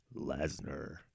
lesnar